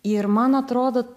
ir man atrodo